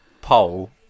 poll